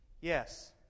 yes